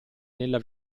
nella